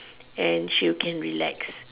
and she can relax